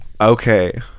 okay